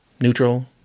neutral